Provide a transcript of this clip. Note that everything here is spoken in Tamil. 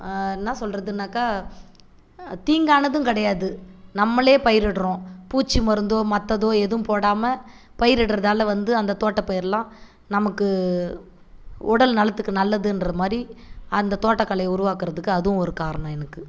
என்ன சொல்லுறதுன்னாக்கா தீங்கானதும் கிடையாது நம்மளே பயிரிடுறோம் பூச்சி மருந்தோ மற்றதோ எதுவும் போடாமல் பயிரிடுறதால வந்து அந்த தோட்ட பயிர்லாம் நமக்கு உடல்நலத்துக்கு நல்லதுன்ற மாரி அந்த தோட்டக்கலையை உருவாக்குறதுக்கு அதுவும் ஒரு காரணம் எனக்கு